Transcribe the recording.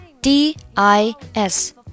D-I-S